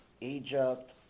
Egypt